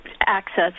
access